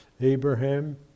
Abraham